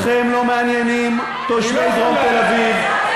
אתכם לא מעניינים תושבי דרום תל-אביב,